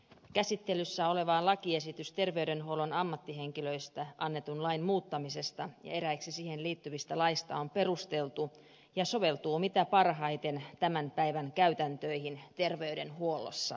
käsittelyssä oleva esitys laiksi terveydenhuollon ammattihenkilöistä annetun lain muuttamisesta ja eräiksi siihen liittyviksi laeiksi on perusteltu ja soveltuu mitä parhaiten tämän päivän käytäntöihin terveydenhuollossa